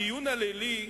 הדיון הלילי